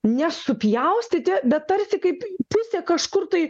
nesupjaustyti bet tarsi kaip pusė kažkur tai